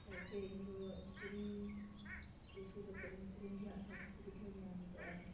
ᱪᱮᱫᱟᱜ ᱥᱮ ᱤᱧᱫᱚ ᱥᱮᱨᱮᱧ ᱠᱩᱥᱤ ᱠᱟᱛᱮᱫ ᱤᱧᱫᱚ ᱥᱮᱨᱮᱧ ᱨᱮᱭᱟᱜ ᱥᱟᱨᱴᱤᱯᱷᱤᱠᱮᱴ ᱦᱚᱧ ᱧᱟᱢ ᱟᱠᱟᱫᱼᱟ